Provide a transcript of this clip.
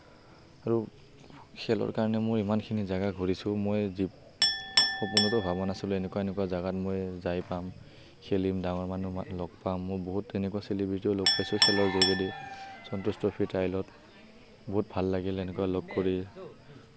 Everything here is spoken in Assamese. আৰু খেলৰ কাৰণে মই ইমানখিনি জাগা ঘূৰিছোঁ মই সপোনতো ভাবা নাছিলোঁ এনেকুৱা এনেকুৱা জাগাত মই যাই পাম খেলিম ডাঙৰ মানুহ লগ পাম মোৰ বহুত তেনেকুৱা চেলিব্ৰেটীও লগ পাইছোঁ খেলৰ যোগেদি সন্তোষ ট্ৰফী ট্ৰাইলত বহুত ভাল লাগিল এনেকুৱা লগ কৰি